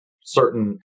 certain